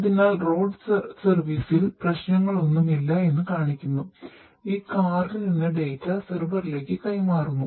അതിനാൽ റോഡ് സെർവിസിൽ കാണിക്കുന്നു